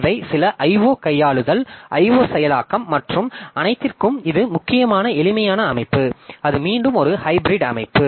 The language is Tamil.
இவை சில IO கையாளுதல் IO செயலாக்கம் மற்றும் அனைத்திற்கும் இது மிகவும் எளிமையான அமைப்பு அது மீண்டும் ஒரு ஹைபிரிட் அமைப்பு